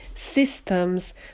systems